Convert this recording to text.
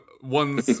one